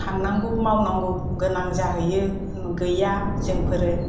थांनांगौ मावनांगौ गोनां जाहैयो गैया जोंफोरो